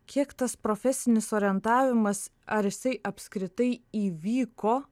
kiek tas profesinis orientavimas ar jisai apskritai įvyko